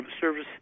service